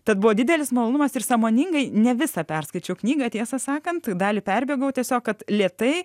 tad buvo didelis malonumas ir sąmoningai ne visą perskaičiau knygą tiesą sakant dalį perbėgau tiesiog kad lėtai